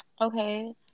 Okay